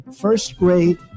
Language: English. first-grade